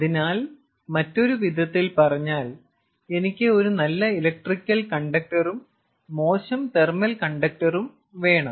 അതിനാൽ മറ്റൊരു വിധത്തിൽ പറഞ്ഞാൽ എനിക്ക് ഒരു നല്ല ഇലക്ട്രിക്കൽ കണ്ടക്ടറും മോശം തെർമൽ കണ്ടക്ടറും വേണം